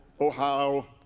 Ohio